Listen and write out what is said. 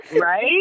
Right